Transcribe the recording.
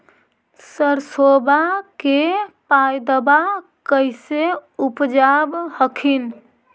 सरसोबा के पायदबा कैसे उपजाब हखिन?